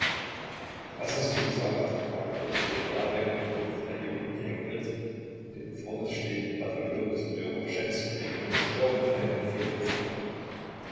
was hast du gesagt fragte er den general benkendorf der eben um die ecke ritt und dem vorne stehenden bataillon des preobraschenskij regiments irgend einen befehl erteilte